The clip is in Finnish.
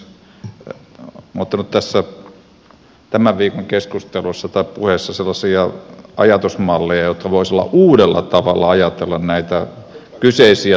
minä olen odottanut tämän viikon keskusteluissa tai puheissa sellaisia ajatusmalleja että voisi uudella tavalla ajatella näitä kyseisiä toimialoja